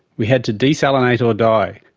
we had to desalinate or die.